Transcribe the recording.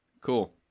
Cool